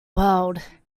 world